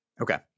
Okay